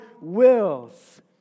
wills